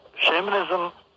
shamanism